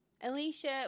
Alicia